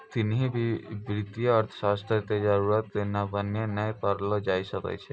किन्हो भी वित्तीय अर्थशास्त्र के जरूरत के नगण्य नै करलो जाय सकै छै